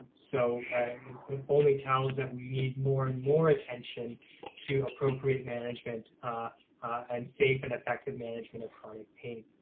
so it only tells that we need more and more attention to appropriate management and safe and effective management of chronic pain.